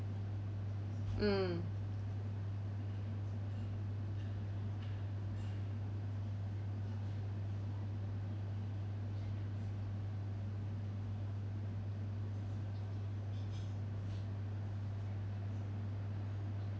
mm